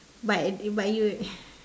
but uh but you